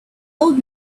old